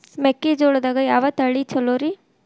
ಮೆಕ್ಕಿಜೋಳದಾಗ ಯಾವ ತಳಿ ಛಲೋರಿ?